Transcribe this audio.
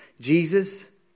Jesus